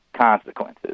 Consequences